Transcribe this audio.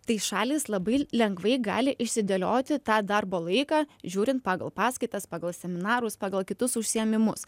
tai šalys labai lengvai gali išsidėlioti tą darbo laiką žiūrint pagal paskaitas pagal seminarus pagal kitus užsiėmimus